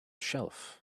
shelf